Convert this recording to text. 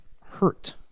hurt